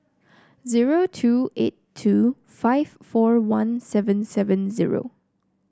zero two eight two five four one seven seven zero